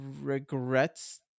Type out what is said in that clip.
regrets